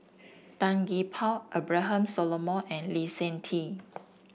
Tan Gee Paw Abraham Solomon and Lee Seng Tee